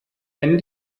wenn